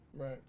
right